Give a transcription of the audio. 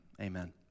amen